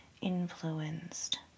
influenced